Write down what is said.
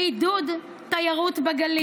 לעידוד תיירות בגליל.